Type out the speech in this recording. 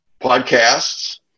podcasts